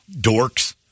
dorks